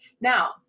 Now